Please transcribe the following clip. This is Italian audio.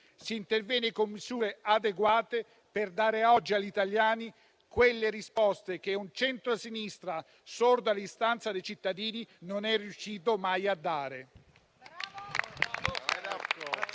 si interviene con misure adeguate per dare oggi agli italiani quelle risposte che un centrosinistra, sordo all'istanza dei cittadini, non è mai riuscito a dare.